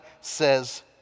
says